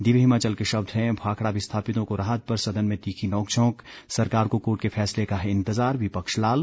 दिव्य हिमाचल के शब्द हैं भाखड़ा विस्थापितों को राहत पर सदन में तीखी नोकझोंक सरकार को कोर्ट के फैसले का है इंतज़ार विपक्ष लाल